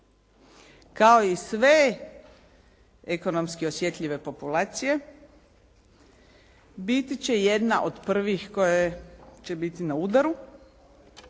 kao i sve ekonomski osjetljive populacije biti će jedna od prvih koja će biti na udaru,